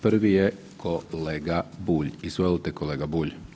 Prvi je kolega Bulj, izvolite kolega Bulj.